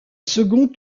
second